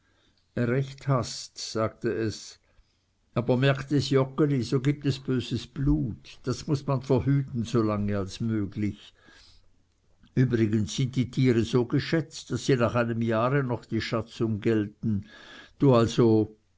recht hast sagte es aber merkt es joggeli so gibt es böses blut das muß man verhüten so lange als möglich übrigens sind die tiere so geschätzt daß sie nach einem jahre noch die schatzung gelten du also